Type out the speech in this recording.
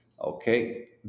okay